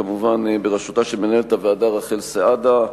כמובן בראשותה של מנהלת הוועדה רחל סעדה,